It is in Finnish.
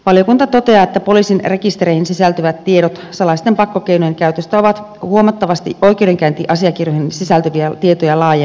valiokunta toteaa että poliisin rekistereihin sisältyvät tiedot salaisten pakkokeinojen käytöstä ovat huomattavasti oikeudenkäyntiasiakirjoihin sisältyviä tietoja laajempia